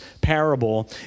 parable